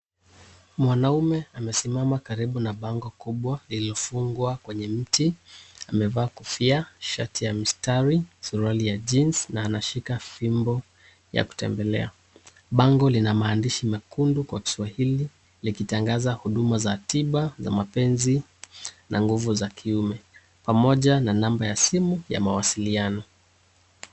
Mwanaume amesimama karibu na bango kubwa, lililofungwa kwenye mti. Amevaa kofia, shati ya mstari, suruali ya Jeans na anashika fimbo ya kutembelea. Bango lina maandishi mekundu kwa kiswahili, likitangaza huduma za tiba za mapenzi, na nguvu za kiume. Pamoja na namba ya simu ya mawasiliano.